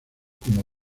como